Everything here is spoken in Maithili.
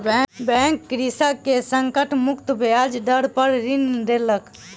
बैंक कृषक के संकट मुक्त ब्याज दर पर ऋण देलक